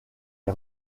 est